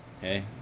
Hey